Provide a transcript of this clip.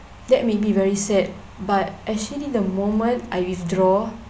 that may be very sad but actually the moment I withdraw